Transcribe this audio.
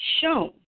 shown